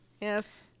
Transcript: Yes